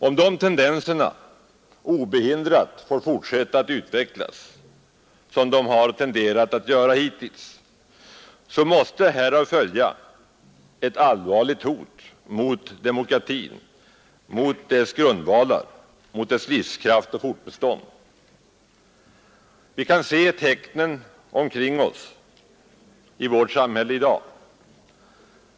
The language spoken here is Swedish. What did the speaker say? Om dessa tendenser obehindrat får fortsätta att utvecklas, som de har tenderat att göra hittills, måste härav följa ett allvarligt hot mot demokratin, mot dess grundval och mot dess livskraft och fortbestånd. Vi kan se tecknen omkring oss i vårt samhälle i dag.